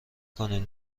کنین